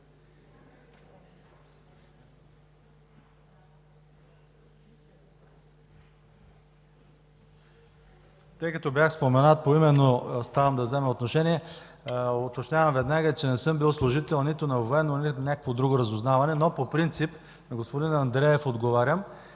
Тъй като бях споменат поименно, ставам да взема отношение. Обяснявам веднага, че не съм бил служител нито на военно, нито на някакво друго разузнаване, но по принцип – отговарям